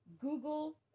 Google